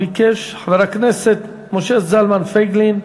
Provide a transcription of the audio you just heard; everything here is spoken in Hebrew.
ביקש חבר הכנסת משה זלמן פייגלין.